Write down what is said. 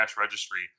registry